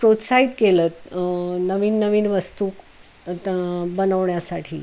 प्रोत्साहित केलं नवीन नवीन वस्तू तं बनवण्यासाठी